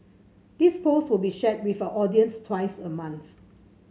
this post will be shared with our audience twice a month